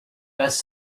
best